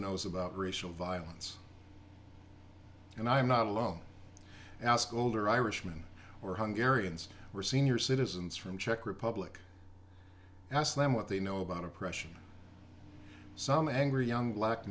knows about racial violence and i'm not alone ask older irishman or hunger ariens were senior citizens from czech republic ask them what they know about oppression some angry young black